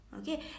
okay